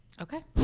Okay